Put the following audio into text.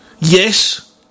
Yes